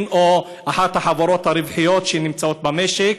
או אחת החברות הרווחיות שפועלות במשק.